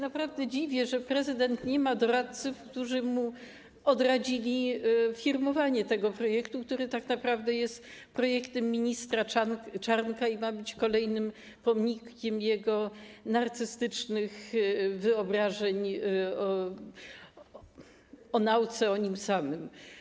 Naprawdę dziwię się, że prezydent nie ma doradców, którzy by odradzili mu firmowanie tego projektu, który tak naprawdę jest projektem ministra Czarnka i ma być kolejnym pomnikiem jego narcystycznych wyobrażeń o nauce, o nim samym.